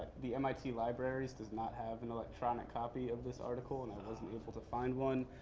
the mit libraries does not have an electronic copy of this article. and i wasn't able to find one.